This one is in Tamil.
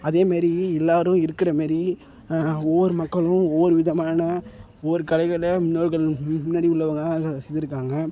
அதே மாரி எல்லாரும் இருக்கிறமேரி ஒவ்வொரு மக்களும் ஒவ்வொரு விதமான ஒவ்வொரு கலைகளை முன்னோர்கள் மு முன்னாடி உள்ளவங்க அதை செஞ்சுருக்காங்க